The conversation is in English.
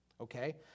Okay